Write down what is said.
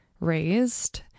Raised